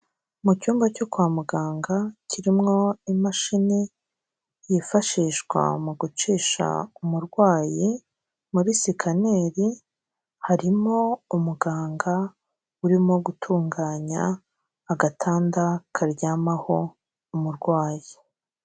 Mu cyumba cyo kwa muganga kirimo imashini yifashishwa mu gucisha umurwayi muri sikaneri harimo umuganga urimo gutunganya agatanda karyamaho umurwayi.